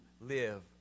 live